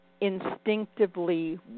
instinctively